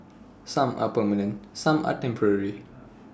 some are permanent some are temporary